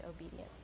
obedient